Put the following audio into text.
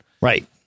right